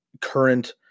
current